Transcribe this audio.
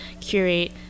curate